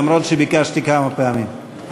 אף-על-פי שביקשתי כמה פעמים,